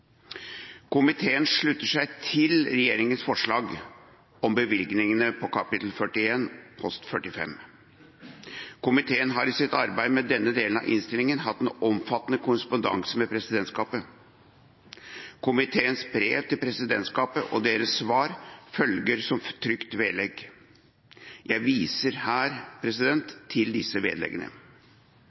Komiteen slutter seg til regjeringens forslag om bevilgningene på kap. 41 post 45. Komiteen har i sitt arbeid med denne delen av innstillingen hatt en omfattende korrespondanse med presidentskapet. Komiteens brev til presidentskapet og deres svar følger som trykt vedlegg. Jeg viser her til disse vedleggene.